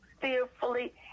fearfully